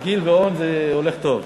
גיל ואון זה הולך טוב.